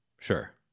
Sure